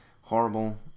horrible